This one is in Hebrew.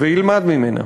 וילמד ממנה,